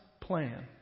plan